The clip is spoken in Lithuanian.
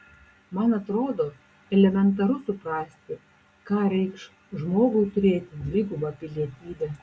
man atrodo elementaru suprasti ką reikš žmogui turėti dvigubą pilietybę